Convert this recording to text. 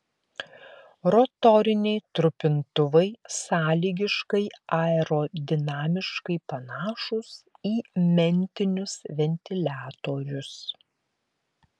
rotoriniai trupintuvai sąlygiškai aerodinamiškai panašūs į mentinius ventiliatorius